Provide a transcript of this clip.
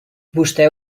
vostè